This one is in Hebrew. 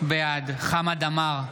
בעד חמד עמאר,